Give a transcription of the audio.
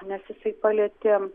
nes jisai palietė